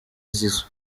zizou